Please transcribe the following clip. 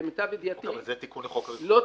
למיטב ידיעתי --- זה תיקון לחוק הריכוזיות.